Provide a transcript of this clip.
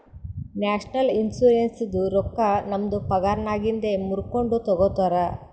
national ಇನ್ಶುರೆನ್ಸದು ರೊಕ್ಕಾ ನಮ್ದು ಪಗಾರನ್ನಾಗಿಂದೆ ಮೂರ್ಕೊಂಡು ತಗೊತಾರ್